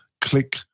click